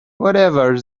whatever